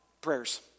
prayers